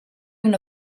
una